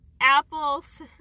apples